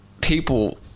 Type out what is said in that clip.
people